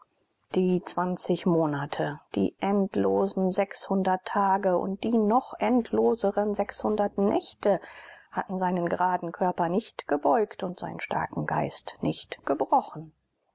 die monate die endlosen tage und die noch endloseren nächte hatten seinen graden körper nicht gebeugt und seinen starken geist nicht gebrochen